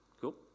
cool